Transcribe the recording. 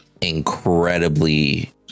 incredibly